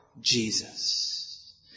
Jesus